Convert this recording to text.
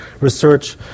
research